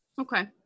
Okay